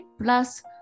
plus